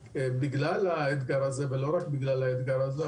בגלל האתגר הזה לא רק בגלל האתגר הזה,